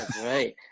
right